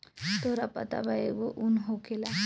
तोहरा पता बा एगो उन होखेला